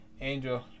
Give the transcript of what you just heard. Angel